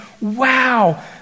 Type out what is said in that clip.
wow